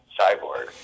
cyborg